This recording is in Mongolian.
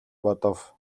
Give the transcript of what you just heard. бодов